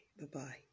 Bye-bye